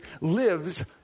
lives